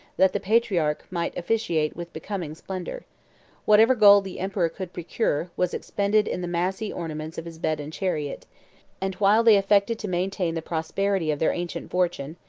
that the patriarch might officiate with becoming splendor whatever gold the emperor could procure, was expended in the massy ornaments of his bed and chariot and while they affected to maintain the prosperity of their ancient fortune,